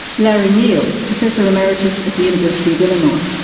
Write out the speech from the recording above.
larry neal, professor emeritus at the university of illinois.